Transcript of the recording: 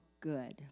good